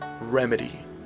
remedy